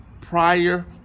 prior